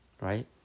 Right